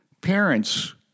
Parents